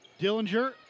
Dillinger